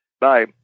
Bye